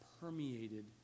permeated